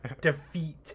defeat